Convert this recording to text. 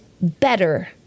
better